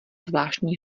zvláštní